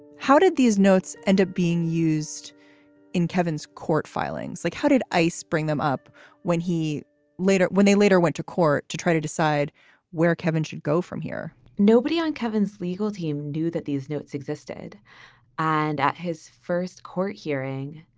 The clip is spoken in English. how did these notes and a being used in kevin's court filings, like how did ice bring them up when he later when they later went to court to try to decide where kevin should go from here? nobody on kevin's legal team knew that these notes existed and at his first court hearing.